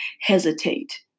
hesitate